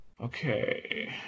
Okay